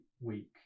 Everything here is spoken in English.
week